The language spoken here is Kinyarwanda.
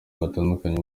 batandukanye